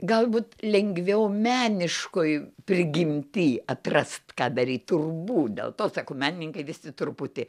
galbūt lengviau meniškoj prigimty atrast ką daryt turbūt dėl to sako menininkai visi truputį